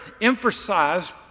emphasize